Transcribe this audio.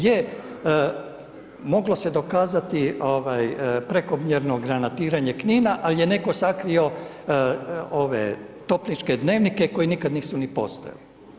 Je, moglo se dokazati prekomjerno granatiranje Knina, ali je netko sakrio topničke dnevnike koji nikad nisu ni postojali.